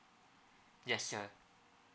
yes sir